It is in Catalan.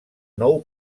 nou